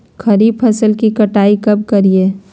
खरीफ फसल की कटाई कब करिये?